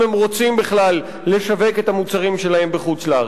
אם הם רוצים בכלל לשווק את המוצרים שלהם בחוץ-לארץ.